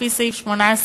לפי סעיף )18א)